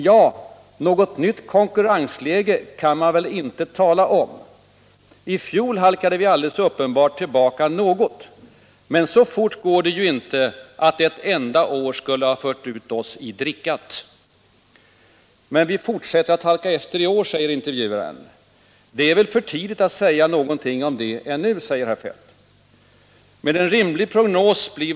”Ja, något nytt konkurrensläge kan man väl inte tala om. I fjol halkade vi alldeles uppenbart tillbaka något, men så fort går det ju inte att ett enda år skulle ha fört ut oss i drickat.” Men vi fortsätter att halka efter i år, säger intervjuaren. ”Det är väl för tidigt att säga någonting om det ännu”, säger herr Feldt.